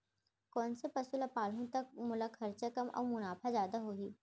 कोन से पसु ला पालहूँ त मोला खरचा कम अऊ मुनाफा जादा होही?